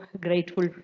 grateful